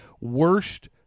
worst